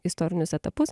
istorinius etapus